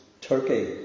Turkey